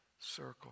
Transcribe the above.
Circle